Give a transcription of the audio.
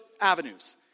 avenues